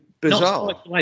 bizarre